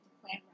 plan